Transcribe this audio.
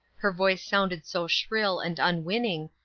her voice sounded so shrill and unwinning,